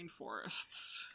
rainforests